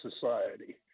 Society